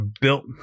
built